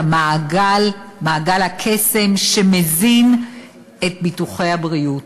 את מעגל הקסמים שמזין את ביטוחי הבריאות.